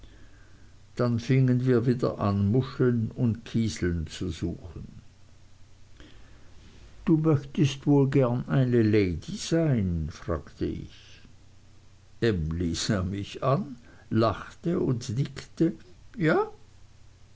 dann fingen wir wieder an muscheln und kieseln zu suchen du möchtest wohl gern eine lady sein fragte ich emly sah mich an lachte und nickte ja